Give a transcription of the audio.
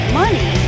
money